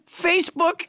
Facebook